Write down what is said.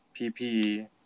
PPE